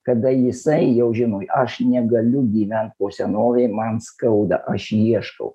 kada jisai jau žino aš negaliu gyvent po senovei man skauda aš ieškau